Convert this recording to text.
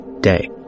day